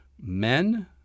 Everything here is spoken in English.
men